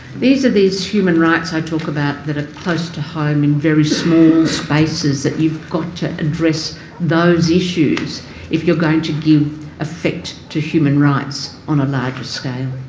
these are these human rights i talked about that are close to home in very small spaces, that you've got to address those issues if you're going to give effect to human rights on a larger scale.